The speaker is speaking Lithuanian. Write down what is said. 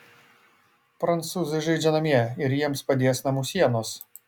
prancūzai žaidžia namie ir jiems padės namų sienos